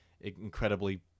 incredibly